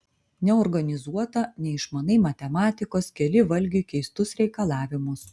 neorganizuota neišmanai matematikos keli valgiui keistus reikalavimus